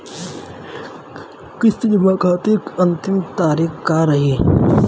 किस्त जमा करे के अंतिम तारीख का रही?